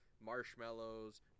marshmallows